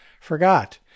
forgot